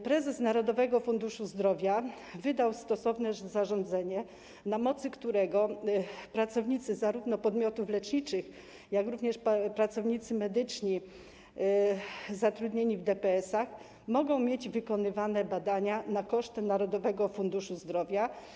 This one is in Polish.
Prezes Narodowego Funduszu Zdrowia wydał stosowne zarządzenie, na mocy którego zarówno pracownicy podmiotów leczniczych, jak i pracownicy medyczni zatrudnieni w DPS-ach mogą mieć wykonywane badania na koszt Narodowego Funduszu Zdrowia.